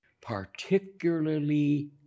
particularly